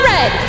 Red